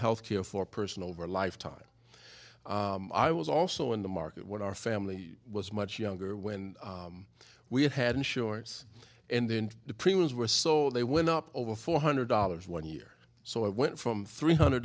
health care for person over a lifetime i was also in the market when our family was much younger when we had insurance and then the premiums were so they went up over four hundred dollars one year so i went from three hundred